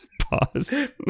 Pause